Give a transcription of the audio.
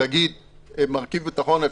לומר שמרכיב ביטחון,